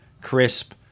crisp